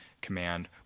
Command